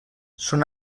són